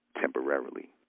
temporarily